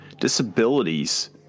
disabilities